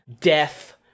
death